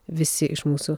visi iš mūsų